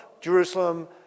Jerusalem